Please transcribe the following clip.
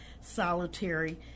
solitary